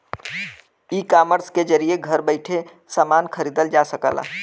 ecommerce के जरिये घर बैइठे समान खरीदल जा सकला